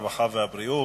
הרווחה והבריאות.